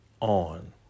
on